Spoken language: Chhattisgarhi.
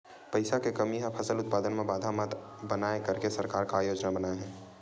पईसा के कमी हा फसल उत्पादन मा बाधा मत बनाए करके सरकार का योजना बनाए हे?